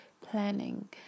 planning